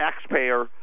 taxpayer